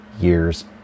years